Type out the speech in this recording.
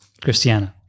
Christiana